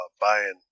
buying